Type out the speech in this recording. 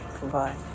Goodbye